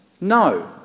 No